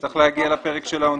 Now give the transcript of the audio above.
צריך להגיע לפרק של העונשין.